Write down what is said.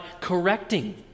correcting